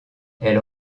elle